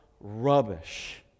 rubbish